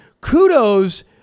kudos